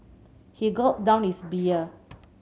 he gulped down his beer